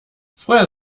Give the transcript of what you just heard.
vorher